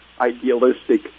idealistic